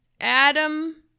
Adam